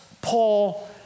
Paul